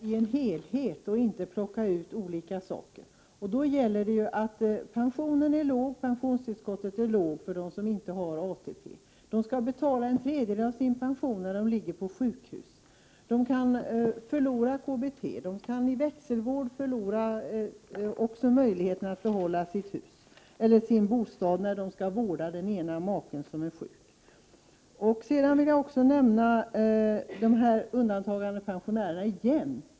Herr talman! Man måste ju se denna fråga som en helhet och inte plocka ut och särbehandla olika delar. Pensionen är låg och pensionstillskottet är lågt för dem som inte har ATP. När de ligger på sjukhus skall de betala en tredjedel av sin pension för vården. De kan förlora KBT. I växelvården kan de också förlora möjligheten att behålla sin bostad när de skall vårda den ena maken som är sjuk. Jag vill igen nämna undantagandepensionärerna.